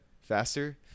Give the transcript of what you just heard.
faster